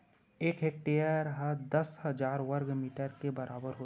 एक हेक्टेअर हा दस हजार वर्ग मीटर के बराबर होथे